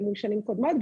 אל מול שנים קודמות.